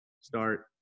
start